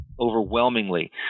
overwhelmingly